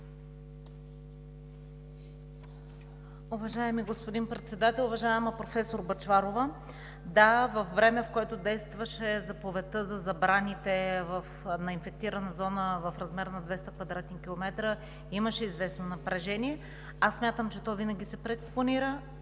Уважаеми господин Председател, уважаема професор Бъчварова! Да, във време, в което действаше заповедта за забраните за инфектирана зона в размер на 200 кв. км, имаше известно напрежение. Аз смятам, че винаги се преекспонира.